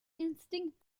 instinkt